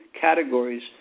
categories